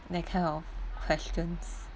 that kind of questions